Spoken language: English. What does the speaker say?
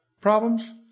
problems